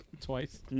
twice